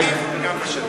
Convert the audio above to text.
גם בבנקים וגם בשטח.